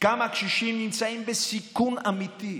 כמה קשישים נמצאים בסיכון אמיתי,